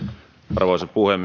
arvoisa